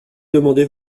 demander